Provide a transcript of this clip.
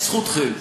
זכותכם.